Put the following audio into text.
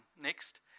Next